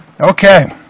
Okay